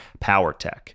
PowerTech